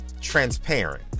transparent